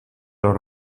los